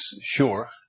sure